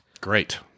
Great